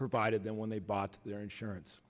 provided them when they bought their insurance